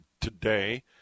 today